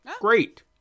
great